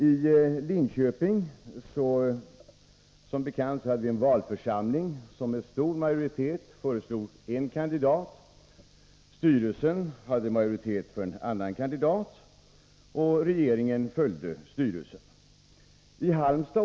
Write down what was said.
I Linköping föreslog en valförsamling med stor majoritet en kandidat. Styrelsen hade majoritet för en annan kandidat, och regeringen följde styrelsen.